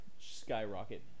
skyrocket